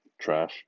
trash